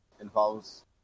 involves